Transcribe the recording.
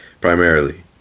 primarily